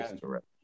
correct